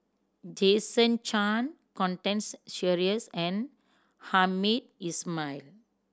Jason Chan Constance Sheares and Hamed Ismail